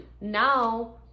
Now